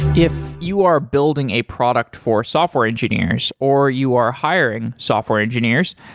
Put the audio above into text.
if you are building a product for software engineers or you are hiring software engineers,